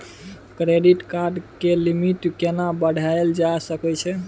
Credit card के limit केना बढायल जा सकै छै?